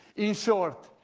in short,